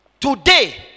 today